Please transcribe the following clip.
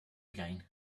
again